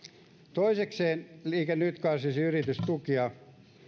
toisekseen liike nyt karsisi yritystukia